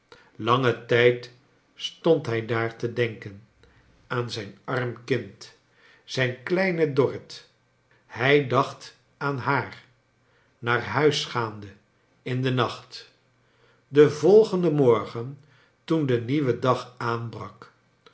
langen tijd stond hij daar te denken aan zijn arm kind zijn kleine dorrit hij dacht aan haar naar huis gaande in den nacht den volgenden morgen toen de nieuwe dag aanbrak